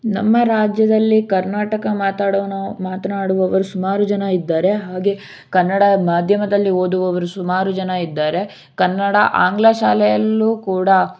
ನಮ್ಮ ರಾಜ್ಯದಲ್ಲಿ ಕರ್ನಾಟಕ ಮಾತಾಡೊ ನೋ ಮಾತನಾಡುವವರು ಸುಮಾರು ಜನ ಇದ್ದಾರೆ ಹಾಗೆ ಕನ್ನಡ ಮಾಧ್ಯಮದಲ್ಲಿ ಓದುವವರು ಸುಮಾರು ಜನ ಇದ್ದಾರೆ ಕನ್ನಡ ಆಂಗ್ಲ ಶಾಲೆಯಲ್ಲೂ ಕೂಡ